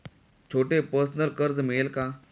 छोटे पर्सनल कर्ज मिळेल का?